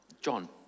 John